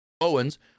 Owens